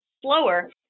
slower